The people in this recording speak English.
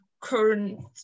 current